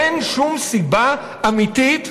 אין שום סיבה אמיתית,